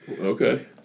Okay